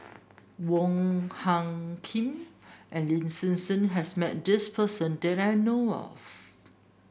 Wong Hung Khim and Lin Hsin Hsin has met this person that I know of